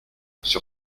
sur